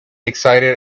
excited